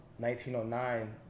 1909